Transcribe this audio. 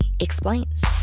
explains